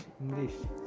English